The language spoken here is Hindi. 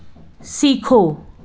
सीखो